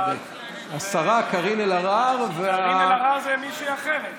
השרה קארין אלהרר, קארין אלהרר היא מישהי אחרת.